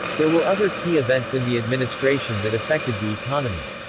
there were other key events in the administration that affected the economy.